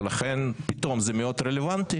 ולכן פתאום זה מאוד רלוונטי.